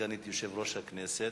סגנית יושב-ראש הכנסת,